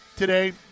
today